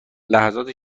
لحظات